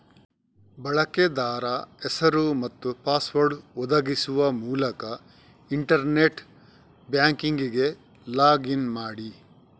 ಬಳಕೆದಾರ ಹೆಸರು ಮತ್ತು ಪಾಸ್ವರ್ಡ್ ಒದಗಿಸುವ ಮೂಲಕ ಇಂಟರ್ನೆಟ್ ಬ್ಯಾಂಕಿಂಗಿಗೆ ಲಾಗ್ ಇನ್ ಮಾಡಿ